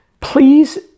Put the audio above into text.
please